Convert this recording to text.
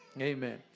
Amen